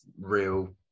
real